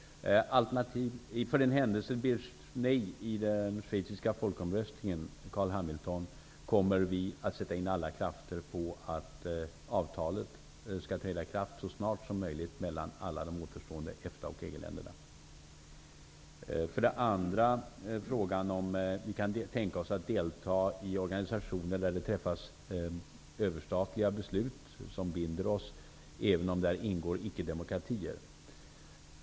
För det första, alternativ för den händelse att det blir nej i den schweiziska folkomröstningen: Vi kommer, Carl Hamilton, att sätta in alla krafter på att avtalet skall träda i kraft så snart som möjligt mellan alla de återstående EFTA och EG För det andra frågar Carl Hamilton om vi kan tänka oss att delta i organisationer där det träffas överstatliga beslut som binder oss, även om där ingår icke-demokratier.